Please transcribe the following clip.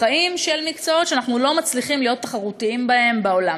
החיים של מקצועות שאנחנו לא מצליחים להיות תחרותיים בהם בעולם.